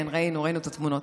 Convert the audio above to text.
כן, ראינו, ראינו את התמונות.